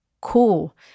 cool